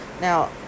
Now